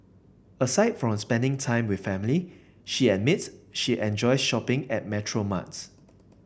aside from spending time with family she admits she enjoy shopping at petrol marts